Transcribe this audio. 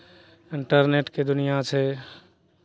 इन्टरनेटके दुनिआँ छै